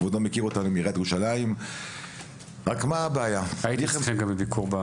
כבודו מכיר אותנו מעריית ירושלים --- הייתי אצלכם גם בביקור.